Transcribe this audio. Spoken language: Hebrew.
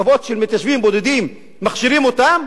חוות של מתיישבים בודדים, מכשירים אותן,